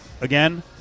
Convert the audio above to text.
again